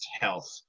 health